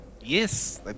Yes